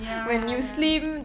ya ya ya